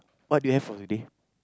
what do you have for today